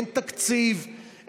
אין תקציב,